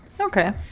Okay